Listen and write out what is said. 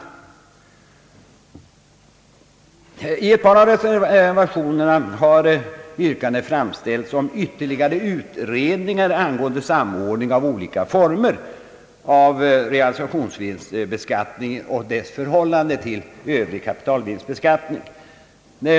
I ett par av reservationerna har yr kande framställts om ytterligare utredningar angående samordning av olika former av realisationsvinstbeskattningen och dess förhållande till övrig kapitalvinstbeskattning.